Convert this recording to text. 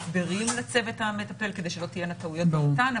הסברים לצוות המטפל כדי שלא תהיינה טעויות במתן,